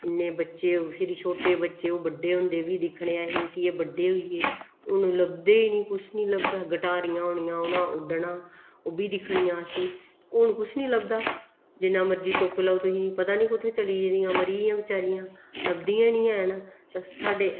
इन्ने बच्चे फिर छोटे बच्चे ओह् बड्डे होंदे बी दिक्खने असें कि एह् बड्डे होई गे हून लभदे गै निं कुछ निं लभदा गटारियां होनियां उ'नें उड्डना ओह् बी दिक्खनियां असें हून कुछ निं लभदा जिन्ना मर्जी तुप्पी लैओ तुसीं पता निं कु'त्थें चली गेदियां मरी गेइयां बचैरियां लभदियां गै निं हैन ते साढ़े